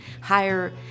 higher